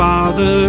Father